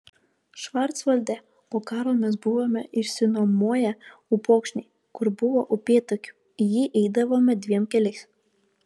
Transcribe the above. švarcvalde po karo mes buvome išsinuomoję upokšnį kur buvo upėtakių į jį eidavome dviem keliais